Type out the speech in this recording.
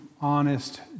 honest